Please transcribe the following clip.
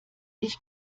ich